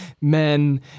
men